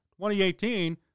2018